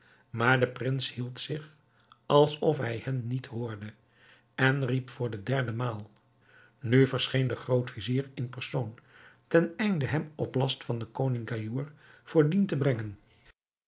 maar de prins hield zich alsof hij hen niet hoorde en riep voor den derden maal nu verscheen de groot-vizier in persoon ten einde hem op last van den koning gaïour voor dien te brengen